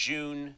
June